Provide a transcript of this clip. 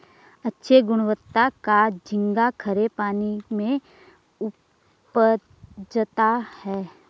अच्छे गुणवत्ता का झींगा खरे पानी में उपजता है